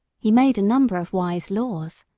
he made a number of wise laws.